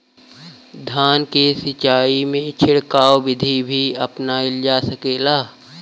धान के सिचाई में छिड़काव बिधि भी अपनाइल जा सकेला?